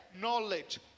knowledge